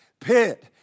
pit